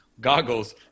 goggles